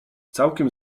całkiem